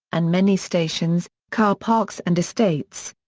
and many stations, car-parks and estates.